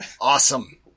awesome